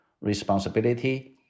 responsibility